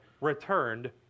returned